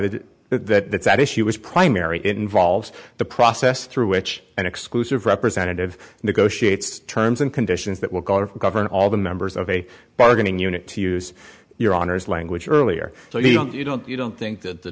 by that that at issue was primary involves the process through which an exclusive representative negotiates terms and conditions that will cost of government all the members of a bargaining unit to use your honour's language earlier so you don't you don't you don't think that the